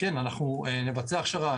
אנחנו נבצע הכשרה.